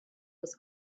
was